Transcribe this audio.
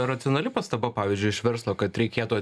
racionali pastaba pavyzdžiui iš verslo kad reikėtų